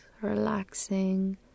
Relaxing